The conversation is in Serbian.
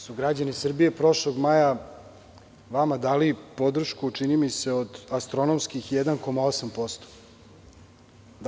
Mislim da su građani Srbije prošlog maja vama dali podršku čini mi se od astronomskih 1,8%